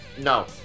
No